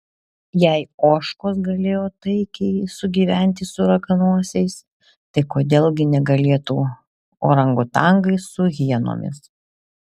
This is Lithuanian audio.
jei ožkos galėjo taikiai sugyventi su raganosiais tai kodėl gi negalėtų orangutangai su hienomis